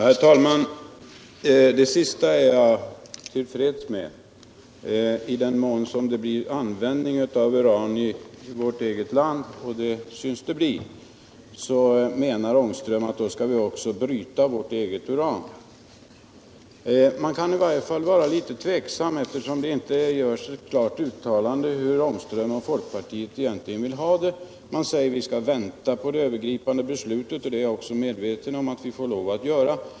Herr talman! Det Rune Ångström sade allra sist är jag till freds med. I den mån det kommer att finnas användning för uran i vårt eget land, och så ser ju ut att bli fallet, menar alltså Rune Ångström att vi skall bryta vårt eget uran. Man kan i alla fall vara litet tveksam, eftersom det inte gjorts något klart uttalande om hur Rune Ångström och folkpartiet egentligen vill ha det. Det heter att vi skall vänta på det övergripande beslutet, och det är jag för min del också medveten om att vi får lov att göra.